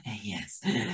Yes